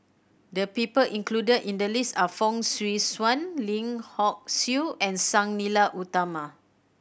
the people included in the list are Fong Swee Suan Lim Hock Siew and Sang Nila Utama